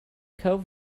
cove